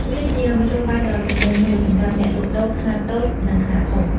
វាជាមធ្យោបាយដ៏ចំណេញមួយសម្រាប់អ្នកលក់ដូរខ្នាតតូចនិងខ្នាតធំ។